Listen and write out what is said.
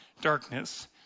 darkness